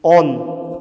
on